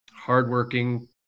Hardworking